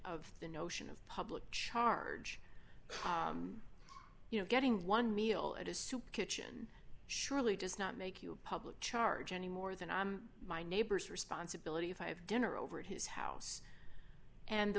of the notion of public charge you know getting one meal at a soup kitchen surely does not make you a public charge any more than my neighbor's responsibility if i have dinner over at his house and the